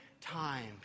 time